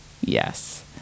yes